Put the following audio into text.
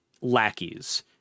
lackeys